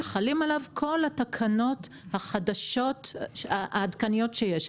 חלים עליו כל התקנות החדשות העדכניות שיש.